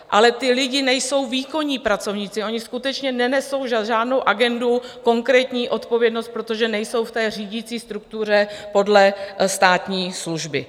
Ale ti lidé nejsou výkonní pracovníci, oni skutečně nenesou žádnou agendu, konkrétní odpovědnost, protože nejsou v řídící struktuře podle státní služby.